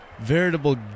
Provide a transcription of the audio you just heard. Veritable